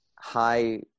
high